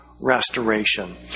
restoration